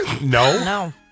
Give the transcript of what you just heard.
No